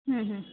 ಹ್ಞೂ ಹ್ಞೂ